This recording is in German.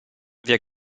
wir